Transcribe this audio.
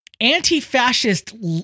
anti-fascist